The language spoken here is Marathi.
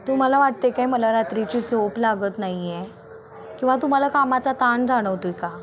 तुम्हाला वाटते काय मला रात्रीची झोप लागत नाही आहे किंवा तुम्हाला कामाचा ताण जाणवतो आहे का